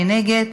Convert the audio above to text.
מי נגד?